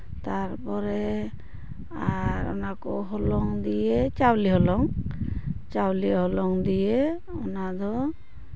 ᱛᱟᱨᱯᱚᱨᱮ ᱟᱨ ᱚᱱᱟ ᱠᱚ ᱦᱚᱞᱚᱝ ᱫᱤᱭᱮ ᱪᱟᱣᱞᱮ ᱦᱚᱞᱚᱝ ᱪᱟᱣᱞᱮ ᱦᱚᱞᱚᱝ ᱫᱤᱭᱮ ᱚᱱᱟ ᱫᱚ